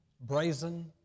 brazen